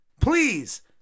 Please